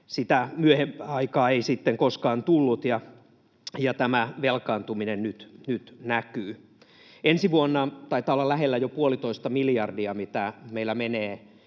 Sitä myöhempää aikaa ei sitten koskaan tullut, ja tämä velkaantuminen nyt näkyy. Ensi vuonna taitaa olla jo lähellä puolitoista miljardia, mitä meillä menee